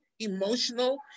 emotional